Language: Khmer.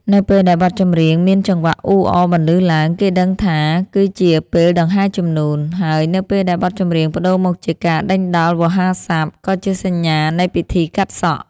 នៅពេលដែលបទចម្រៀងមានចង្វាក់អ៊ូអរបន្លឺឡើង គេដឹងថាគឺជាពេលដង្ហែជំនូន ហើយនៅពេលដែលបទចម្រៀងប្តូរមកជាការដេញដោលវោហារស័ព្ទ ក៏ជាសញ្ញានៃពិធីកាត់សក់។